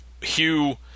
Hugh